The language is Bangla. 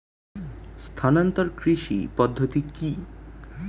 স্থানান্তর কৃষি পদ্ধতি কি?